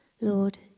Lord